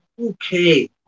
okay